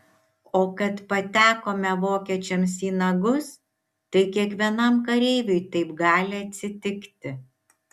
o kad patekome vokiečiams į nagus tai kiekvienam kareiviui taip gali atsitikti